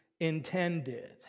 intended